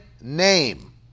name